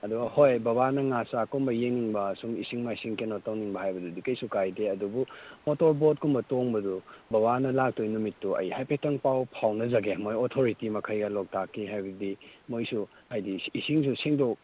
ꯑꯗꯨ ꯍꯣꯏ ꯕꯕꯥꯅ ꯉꯥ ꯆꯥꯛꯀꯨꯝꯕ ꯌꯦꯡꯅꯤꯡꯕ ꯁꯨꯝ ꯏꯁꯤꯡ ꯃꯥꯏꯁꯤꯡ ꯀꯩꯅꯣ ꯇꯧꯅꯤꯡꯕ ꯍꯥꯏꯕꯗꯨꯗꯤ ꯀꯩꯁꯨ ꯀꯥꯏꯗꯦ ꯑꯗꯨꯕꯨ ꯃꯣꯇꯣꯔ ꯕꯣꯠꯀꯨꯝꯕ ꯇꯣꯡꯕꯗꯨ ꯕꯕꯥꯅ ꯂꯥꯛꯇꯣꯏ ꯅꯨꯃꯤꯠꯇꯨ ꯑꯩ ꯍꯥꯏꯐꯦꯠꯇꯪ ꯄꯥꯎ ꯐꯥꯎꯅꯖꯒꯦ ꯃꯣꯏ ꯑꯣꯊꯣꯔꯤꯇꯤ ꯃꯈꯩꯒ ꯂꯣꯛꯇꯥꯛꯀꯤ ꯍꯥꯏꯕꯗꯤ ꯃꯣꯏꯁꯨ ꯍꯥꯏꯗꯤ ꯏꯁꯤꯡꯁꯨ ꯁꯤꯟꯗꯣꯛ